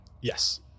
Yes